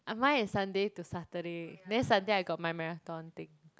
ah mine is Sunday to Saturday then Sunday I got my marathon thing